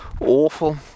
awful